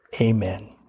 amen